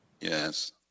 Yes